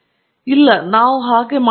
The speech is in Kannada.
ಇಲ್ಲ ನಾವು ಮಾಡುತ್ತಿಲ್ಲ